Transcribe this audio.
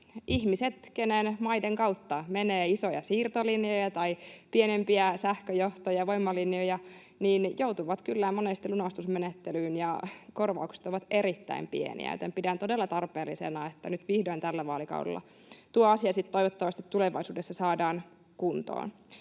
Ihmiset, keiden maiden kautta menee isoja siirtolinjoja tai pienempiä sähköjohtoja, voimalinjoja, joutuvat kyllä monesti lunastusmenettelyyn, ja korvaukset ovat erittäin pieniä. Joten pidän todella tarpeellisena, että nyt vihdoin tällä vaalikaudella tuo asia sitten toivottavasti tulevaisuudessa saadaan kuntoon.